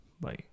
bye